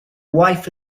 wife